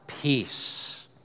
peace